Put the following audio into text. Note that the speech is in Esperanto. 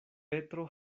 petro